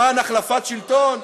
למען החלפת שלטון?